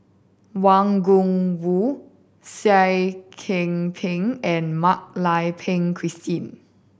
Wang Gungwu Seah Kian Peng and Mak Lai Peng Christine